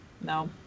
No